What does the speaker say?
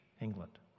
England